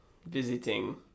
Visiting